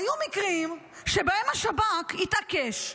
היו מקרים שבהם השב"כ התעקש.